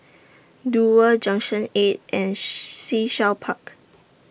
Duo Junction eight and Sea Shell Park